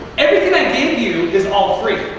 everything i gave you is all free.